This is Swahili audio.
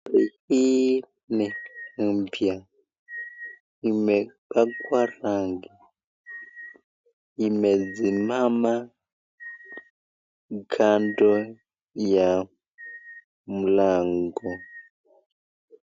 Gari hii ni mpya, imepakwa rangi, imesimama kando ya mlango.